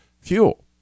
fuel